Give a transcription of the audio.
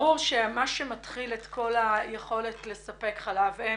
ברור שמה שמתחיל את כל היכולת לספק חלב אם,